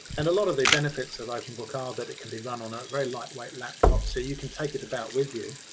and a lot of the benefits of openbook are that it can be run on a very lightweight laptop so you can take it about with you.